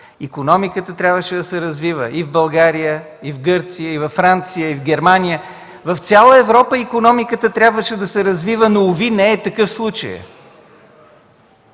Икономиката трябваше да се развива и в България, и в Гърция, и във Франция, и в Германия. В цяла Европа икономиката трябваше да се развива, но, уви, не е такъв случаят.